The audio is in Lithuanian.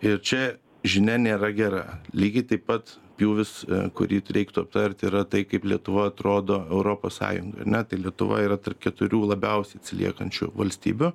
ir čia žinia nėra gera lygiai taip pat pjūvis kurį reiktų aptarti yra tai kaip lietuva atrodo europos sąjungoj ar ne tai lietuva yra tarp keturių labiausiai atsiliekančių valstybių